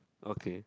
okay